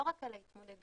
לא רק על ההתמודדות.